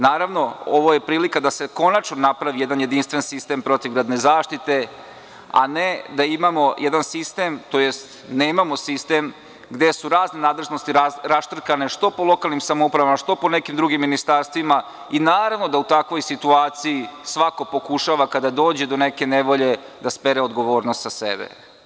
Naravno, ovo je prilika da se konačno napravi jedan jedinstven sistem protivgradne zaštite, a ne da imamo jedan sistem, tj. nemamo sistem gde su razne nadležnosti raštrkane, što po lokalnim samoupravama, što po nekim drugim ministarstvima i naravno da u takvoj situaciji svako pokušava, kada dođe do neke nevolje, da spere odgovornost sa sebe.